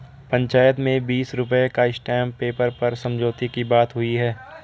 पंचायत में बीस रुपए का स्टांप पेपर पर समझौते की बात हुई है